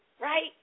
right